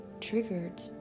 triggered